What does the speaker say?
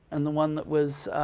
and the one that was